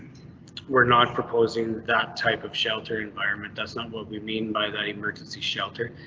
we're not proposing that type of shelter environment. that's not what we mean by that emergency shelter.